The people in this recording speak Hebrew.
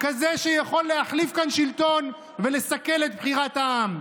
כזה שיכול להחליף כאן שלטון ולסכל את בחירת העם.